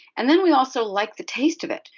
and then we also like the taste of it.